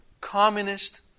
communist